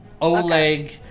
Oleg